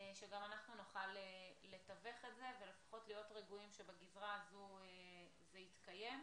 שגם אנחנו נוכל לתווך את זה ולפחות להיות רגועים שבגזרה הזאת זה יתקיים.